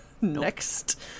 next